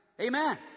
Amen